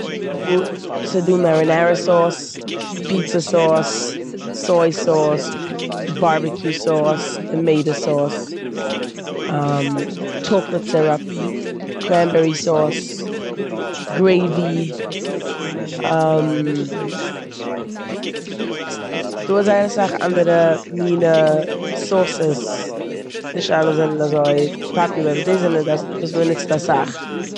ס'דא מערינערע סאוס, פיצא סאוס, סוי סאוס, בארבעקיו סאוס, טאמעטא סאוס, טשאקלאד סיראפ, קרענבערי סאוס, גרעיווי, ס'דא זייער אסאך אנדערע מינע סאוסעס. נישט אלע זענען אזוי פאפולער באט דו זענען אז- וואס מ'נוצט אסאך.